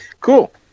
Cool